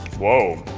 whoa,